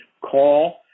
call